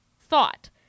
thought